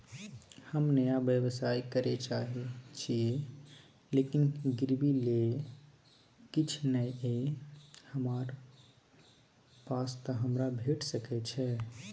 हम नया व्यवसाय करै चाहे छिये लेकिन गिरवी ले किछ नय ये हमरा पास त हमरा भेट सकै छै?